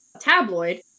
tabloid